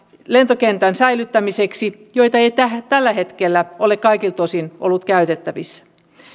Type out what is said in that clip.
lentokentän säilyttämiseksi joita ei tällä hetkellä ole kaikilta osin ollut käytettävissä